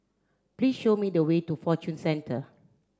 please show me the way to Fortune Centre